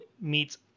meets